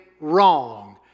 wrong